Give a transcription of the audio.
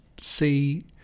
see